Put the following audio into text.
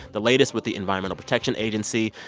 the latest with the environmental protection agency,